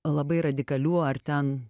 labai radikalių ar ten